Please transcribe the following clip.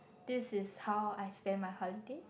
this is how I spent my holiday